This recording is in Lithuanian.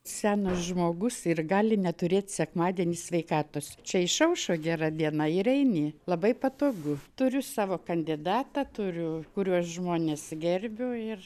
senas žmogus ir gali neturėt sekmadienį sveikatos čia išaušo gera diena ir eini labai patogu turiu savo kandidatą turiu kuriuos žmones gerbiu ir